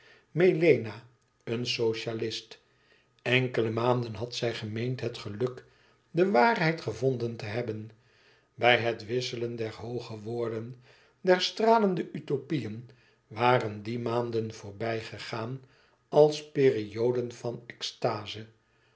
melena een socialist enkele maanden had zij gemeend het geluk de waarheid gevonden te hebben bij het wisselen der hooge woorden der stralende utopiëen waren die maanden voorbijgegaan als perioden van extaze